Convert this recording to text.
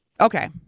Okay